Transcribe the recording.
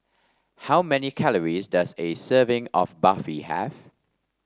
how many calories does a serving of Barfi have